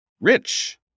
rich